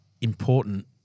important